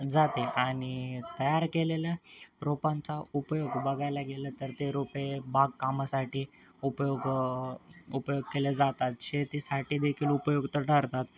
जाते आणि तयार केलेल्या रोपांचा उपयोग बघायला गेलं तर ते रोपे बागकामासाठी उपयोग उपयोग केले जातात शेतीसाठीदेखील उपयुक्त ठरतात